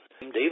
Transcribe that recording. Dave